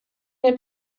nie